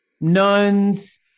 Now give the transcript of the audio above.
nuns